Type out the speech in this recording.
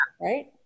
Right